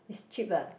it's cheap ah